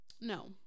No